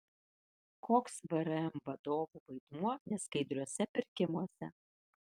koks vrm vadovų vaidmuo neskaidriuose pirkimuose